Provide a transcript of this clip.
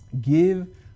Give